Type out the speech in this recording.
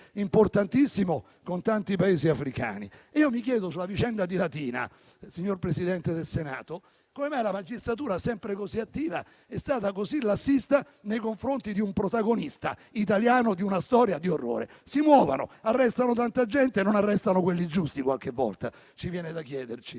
importantissimo con tanti Paesi africani. Sulla vicenda di Latina, signor Presidente del Senato, mi chiedo come mai la magistratura, sempre così attiva, sia stata così lassista nei confronti di un protagonista italiano di una storia di orrore: si muovano; arrestano tanta gente, non arrestano quelli giusti, qualche volta, ci viene da dire.